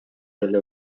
эле